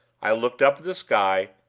i looked up at the sky,